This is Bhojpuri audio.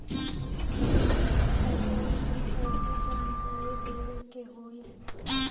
बिल जमा करे बदी कैसे जानकारी लेवे के होई?